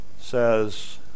says